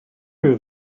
you